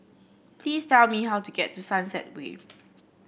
please tell me how to get to Sunset Way